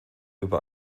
über